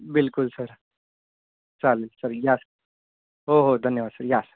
बिलकुल सर चालेल चालेल या हो हो धन्यवाद सर या सर